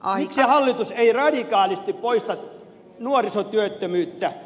miksi hallitus ei radikaalisti poista nuorisotyöttömyyttä